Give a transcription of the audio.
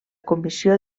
comissió